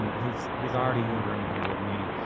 um he's he's already in the room here with me.